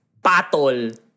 patol